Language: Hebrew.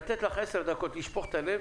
לתת לך עשר דקות לשפוך את הלב